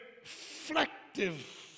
reflective